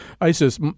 ISIS